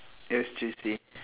yes juicy